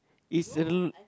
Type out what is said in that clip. it's a l~